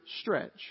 stretch